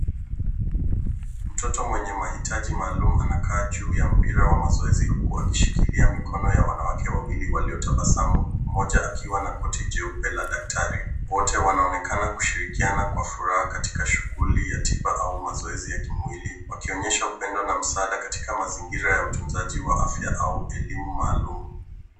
Mtoto mwenye mahitaji maalum anakaa juu ya mpira wa mazoezi huku akishikilia mikono ya wanawake wawili waliotabasamu, mmoja akiwa na koti jeupe la daktari. Wote wanaonekana kushirikiana kwa furaha katika shughuli ya tiba au mazoezi ya kimwili, wakionyesha upendo na msaada katika mazingira ya utunzaji wa afya au elimu maalum.